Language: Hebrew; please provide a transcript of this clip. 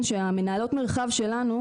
שמהנהלות מרחב שלנו,